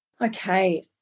Okay